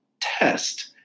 test